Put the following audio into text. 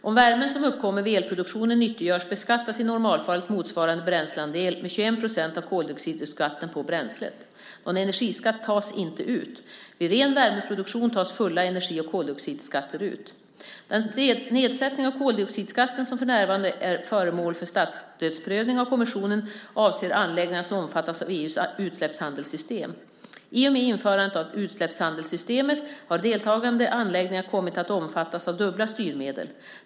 Om värmen som uppkommer vid elproduktionen nyttiggörs beskattas i normalfallet motsvarande bränsleandel med 21 procent av koldioxidskatten på bränslet. Någon energiskatt tas inte ut. Vid ren värmeproduktion tas fulla energi och koldioxidskatter ut. Den nedsättning av koldioxidskatten som för närvarande är föremål för statsstödsprövning av kommissionen avser anläggningar som omfattas av EU:s utsläppshandelssystem. I och med införandet av utsläppshandelssystemet har deltagande anläggningar kommit att omfattas av dubbla styrmedel.